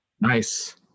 nice